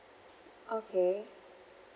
okay